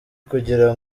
kugira